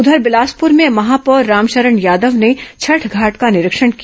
उधर बिलासपुर में महापौर रामशरण यादव ने छठ घाट का निरीक्षण किया